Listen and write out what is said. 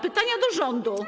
Pytania do rządu.